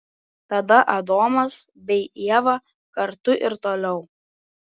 tada adomas bei ieva kartu ir toliau